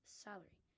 salary